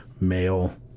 male